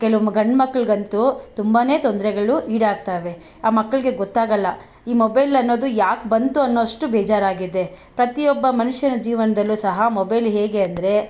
ಕೆಲವು ಗಂಡ್ಮಕ್ಳಿಗಂತೂ ತುಂಬಾನೇ ತೊಂದರೆಗಳು ಈಡಾಗ್ತವೆ ಆ ಮಕ್ಕಳಿಗೆ ಗೊತ್ತಾಗೊಲ್ಲ ಈ ಮೊಬೈಲ್ ಅನ್ನೋದು ಯಾಕೆ ಬಂತು ಅನ್ನೋಷ್ಟು ಬೇಜಾರಾಗಿದೆ ಪ್ರತಿಯೊಬ್ಬ ಮನುಷ್ಯನ ಜೀವನದಲ್ಲೂ ಸಹ ಮೊಬೈಲ್ ಹೇಗೆ ಅಂದರೆ